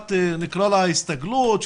תקופת הסתגלות,